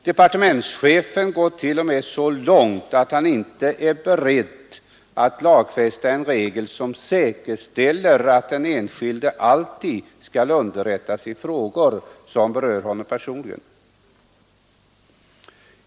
Departementschefen går t.o.m. så långt att han inte är beredd att lagfästa en regel som säkerställer att den enskilde alltid skall underrättas i frågor som berör honom personligen.